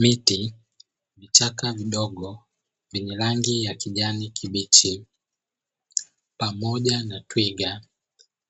Miti, vichaka vidogo vyenye rangi ya kijani kibichi pamoja na Twiga